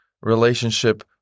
relationship